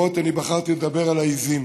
בכל אופן, אני בחרתי לדבר על העיזים.